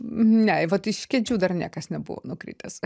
ne vat iš kėdžių dar niekas nebuvo nukritęs